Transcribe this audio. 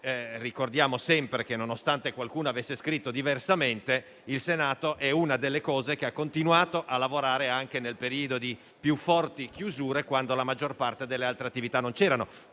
Ricordiamo sempre che, nonostante qualcuno avesse scritto diversamente, il Senato è una delle istituzioni che ha continuato a lavorare anche nel periodo di più forti chiusure, quando la maggior parte delle altre attività era